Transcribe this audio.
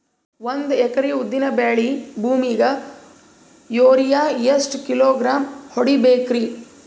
ಒಂದ್ ಎಕರಿ ಉದ್ದಿನ ಬೇಳಿ ಭೂಮಿಗ ಯೋರಿಯ ಎಷ್ಟ ಕಿಲೋಗ್ರಾಂ ಹೊಡೀಬೇಕ್ರಿ?